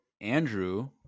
Andrew